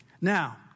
Now